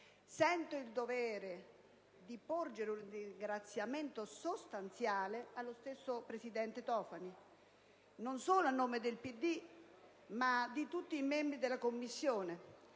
sento il dovere di porgere un ringraziamento sostanziale allo stesso presidente Tofani. Lo faccio non solo a nome del PdL, ma di tutti i membri della Commissione,